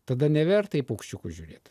tada neverta į paukščiukus žiūrėt